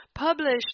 Published